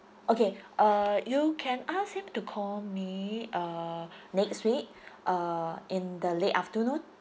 okay uh you can ask him to call me uh next week uh in the late afternoon